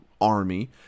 army